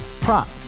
Prop